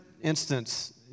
instance